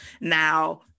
now